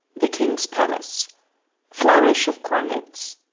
the king's palace flourish of cornets.